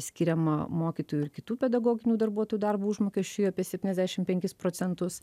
skiriama mokytojų ir kitų pedagoginių darbuotojų darbo užmokesčiui apie septyniasdešim penkis procentus